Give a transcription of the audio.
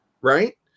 Right